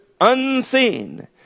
unseen